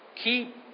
Keep